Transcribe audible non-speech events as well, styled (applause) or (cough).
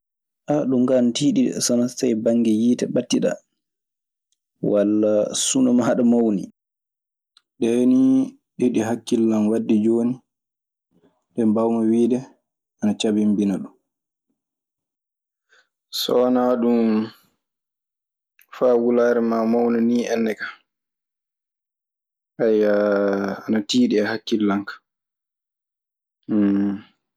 (hesitation) ɗun kaa ana tiiɗi dee sowanaa so tawii bannge yiite ɓattiɗaa walla sunu maaɗa mawni. Ɗee nii eɗi hakkille an waɗde jooni, ɗe mbaawmi wiide ana cabinbina ɗun. So wanaa ɗun, faa wulaare maa mawna nii enna ka, (hesitation) ana tiiɗi e hakkillan ka. (noise)